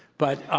but ah